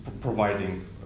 providing